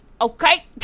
okay